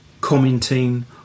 commenting